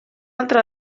altra